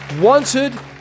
wanted